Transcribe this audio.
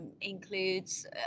includes